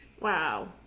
Wow